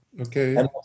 Okay